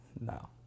No